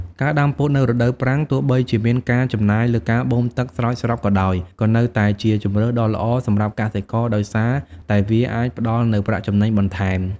ការដាំពោតនៅរដូវប្រាំង ទោះបីជាមានការចំណាយលើការបូមទឹកស្រោចស្រពក៏ដោយ ក៏នៅតែជាជម្រើសដ៏ល្អសម្រាប់កសិករ ដោយសារតែវាអាចផ្តល់នូវ ប្រាក់ចំណេញបន្ថែម។